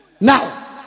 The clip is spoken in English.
Now